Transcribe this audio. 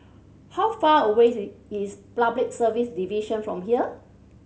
how far away is Public Service Division from here